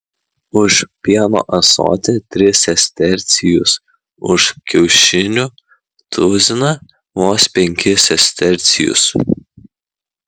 už pieno ąsotį tris sestercijus už kiaušinių tuziną vos penkis sestercijus